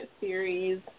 series